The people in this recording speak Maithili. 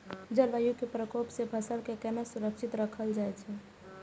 जलवायु के प्रकोप से फसल के केना सुरक्षित राखल जाय छै?